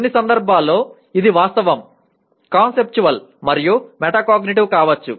కొన్ని సందర్భాల్లో ఇది వాస్తవం కాన్సెప్చువల్ మరియు మెటాకాగ్నిటివ్ కావచ్చు